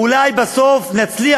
אולי בסוף נצליח,